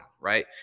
right